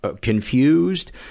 confused